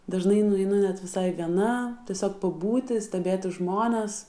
dažnai nueinu net visai viena tiesiog pabūti stebėti žmones